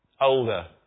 older